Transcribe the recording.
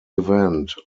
event